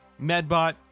Medbot